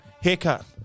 Haircut